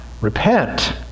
repent